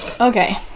okay